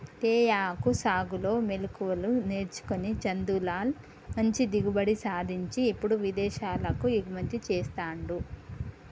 తేయాకు సాగులో మెళుకువలు నేర్చుకొని చందులాల్ మంచి దిగుబడి సాధించి ఇప్పుడు విదేశాలకు ఎగుమతి చెస్తాండు